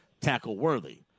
tackle-worthy